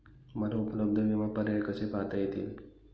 मला उपलब्ध विमा पर्याय कसे पाहता येतील?